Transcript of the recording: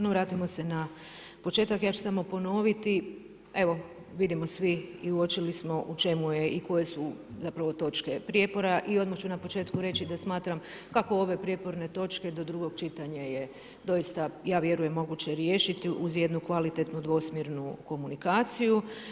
No, vratimo se na početak ja ću samo ponoviti, evo vidimo svi i uočili smo u čemu je i koje su zapravo točke prijepora i odmah ću na početku reći da smatram kako ove prijeporne točke do drugog čitanja je doista ja vjerujem moguće riješiti uz jednu kvalitetnu dvosmjernu komunikaciju.